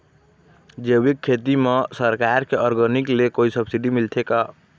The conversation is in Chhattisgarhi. जैविक खेती म सरकार के ऑर्गेनिक ले कोई सब्सिडी मिलथे का?